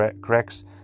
cracks